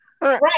Right